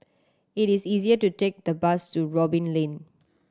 it is easier to take the bus to Robin Lane